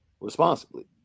responsibly